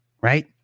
right